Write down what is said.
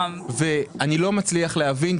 אני לא מצליח להבין.